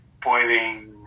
...pueden